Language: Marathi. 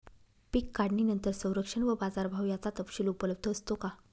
पीक काढणीनंतर संरक्षण व बाजारभाव याचा तपशील उपलब्ध असतो का?